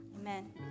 Amen